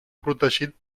protegit